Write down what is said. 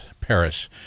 Paris